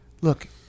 look